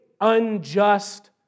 unjust